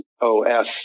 os